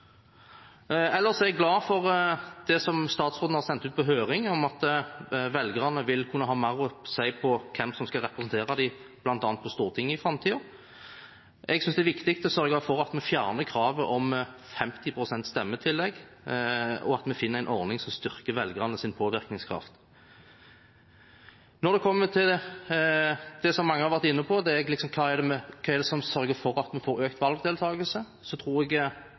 Ellers er jeg glad for det som statsråden har sendt ut på høring om at velgerne vil kunne ha mer å si når det gjelder hvem som skal representere dem bl.a. på Stortinget i framtiden. Jeg synes det er viktig å sørge for at vi fjerner kravet om 50 pst. stemmetillegg, og at vi finner en ordning som styrker velgernes påvirkningskraft. Når det kommer til det som mange har vært inne på om hva det er som sørger for at vi får økt valgdeltakelse, tror jeg